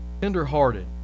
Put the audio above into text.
tenderhearted